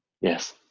Yes